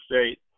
state